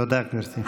תודה, גברתי.